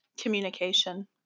Communication